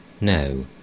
No